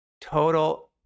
Total